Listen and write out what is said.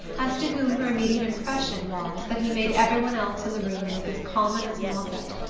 as to whom her immediate impression was that he made every one else in the room look as common as moffatt.